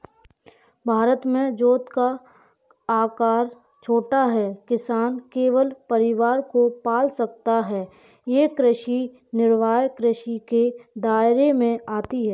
भारत में जोत का आकर छोटा है, किसान केवल परिवार को पाल सकता है ये कृषि निर्वाह कृषि के दायरे में आती है